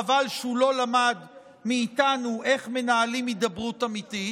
שחבל שהוא לא למד מאיתנו איך מנהלים הידברות אמיתית.